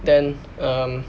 then um